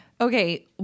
Okay